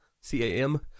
C-A-M